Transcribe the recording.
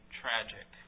tragic